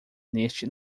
neste